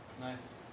Nice